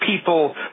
people